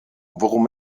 worum